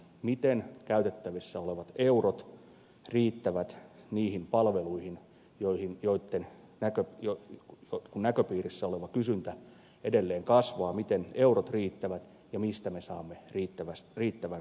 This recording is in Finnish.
miten käytettävissä olevat eurot riittävät palveluihin kun näköpiirissä oleva kysyntä edelleen kasvaa ja mistä me saamme riittävän henkilökunnan